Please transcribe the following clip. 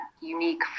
unique